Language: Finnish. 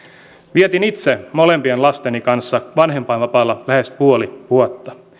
vietin itse molempien lasteni kanssa vanhempainvapaalla lähes puoli vuotta